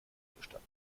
bestand